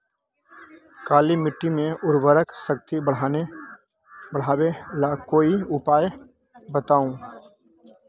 काली मिट्टी में उर्वरक शक्ति बढ़ावे ला कोई उपाय बताउ?